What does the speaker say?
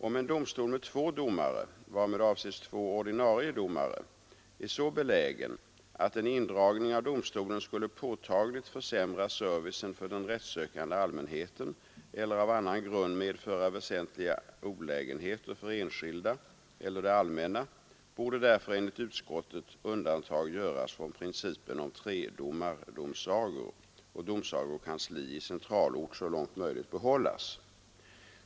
Om en domstol med två domare — varmed avses två ordinarie domare — är så belägen att en indragning av domstolen skulle påtagligt försämra servicen för den rättssökande allmänheten eller av annan grund medföra väsentliga olägenheter för enskilda eller det allmänna, borde därför enligt utskottet undantag göras från principen om tredomardomsagor och domsagokansli i centralort så långt möjligt behållas.